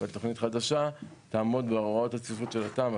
אבל תוכנית חדשה תעמוד בהוראות הצפיפות של התמ"א